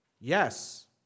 yes